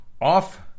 off